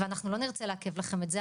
ואנחנו לא נרצה לעכב לכם את זה,